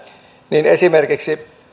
niin esimerkiksi jos